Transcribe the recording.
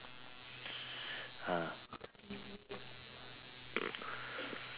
ah